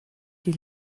die